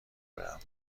برم